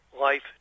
life